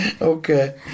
Okay